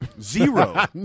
Zero